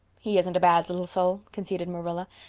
he isn't a bad little soul, conceded marilla.